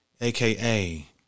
aka